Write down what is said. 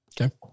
Okay